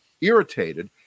irritated